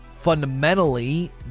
fundamentally